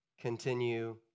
Continue